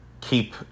keep